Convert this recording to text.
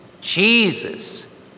Jesus